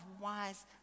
wise